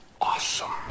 awesome